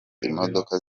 imodoka